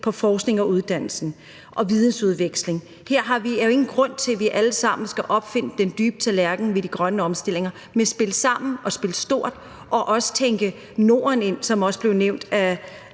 for forskning og uddannelse og en stærkere vidensudveksling. Her er der ingen grund til, at vi alle sammen skal opfinde den dybe tallerken ved den grønne omstilling, men vi skal spille sammen og spille stort og også tænke Norden ind, som det blev nævnt